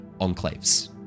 enclaves